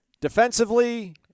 Defensively